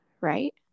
right